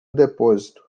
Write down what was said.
depósito